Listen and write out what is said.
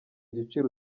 giciro